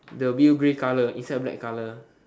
the view grey colour inside black colour